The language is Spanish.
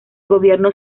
gobierno